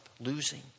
losing